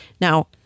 Now